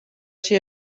ser